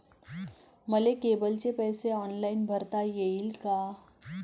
मले केबलचे पैसे ऑनलाईन भरता येईन का?